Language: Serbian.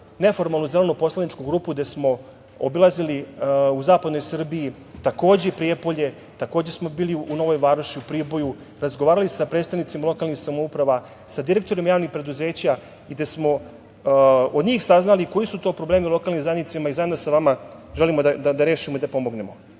neformalnu Zelenu poslaničku grupu gde smo obilazili u Zapadnoj Srbiji takođe i Prijepolje. Takođe smo bili u Novoj Varoši, u Priboju, razgovarali sa predstavnicima lokalnih samouprava, sa direktorima javnih preduzeća i gde smo od njih saznali koji su to problemi u lokalnim zajednicama i zajedno sa vama želimo da rešimo i da pomognemo. Takođe,